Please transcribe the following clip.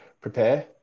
prepare